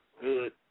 good